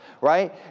right